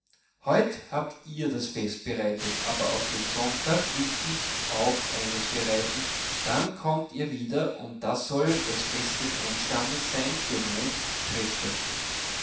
heut habt ihr das fest bereitet aber auf den sonntag will ich auch eins bereiten dann kommt ihr wieder und das soll das fest des einstandes sein für mein